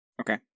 Okay